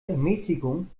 ermäßigung